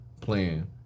playing